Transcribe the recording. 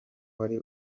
wari